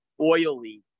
oily